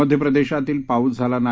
मध्य प्रदेशातील पाऊस झाला नाही